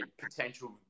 potential